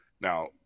Now